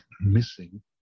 missing